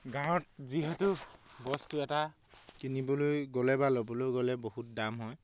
গাঁৱত যিহেতু বস্তু এটা কিনিবলৈ গ'লে বা ল'বলৈ গ'লে বহুত দাম হয়